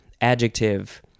Adjective